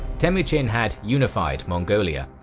temujin had unified mongolia,